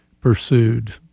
pursued